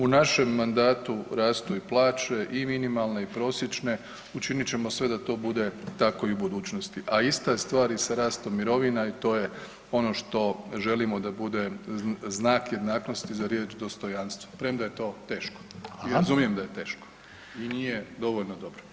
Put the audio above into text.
U našem mandatu rastu i plaće i minimalne i prosječne učinit ćemo sve da to bude tako i u budućnosti, a ista je stvar i sa rastom mirovina i to je ono što želimo da bude znak jednakosti za riječ dostojanstvo premda je to teško [[Upadica: Hvala.]] i razumijem da je teško i nije dovoljno dobro.